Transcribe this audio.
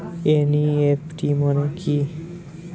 NEFT মনে কি?